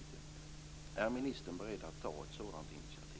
Är ministern beredd att ta ett sådant initiativ?